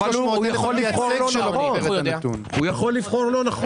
אבל הוא יכול לבחור לא נכון, הוא יכול לגרום